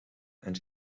and